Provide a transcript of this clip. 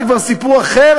זה כבר סיפור אחר,